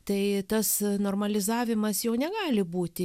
tai tas normalizavimas jau negali būti